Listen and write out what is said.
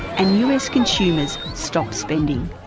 and us consumers stopped spending.